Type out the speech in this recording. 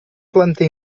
planta